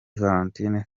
valentine